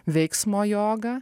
veiksmo jogą